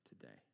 today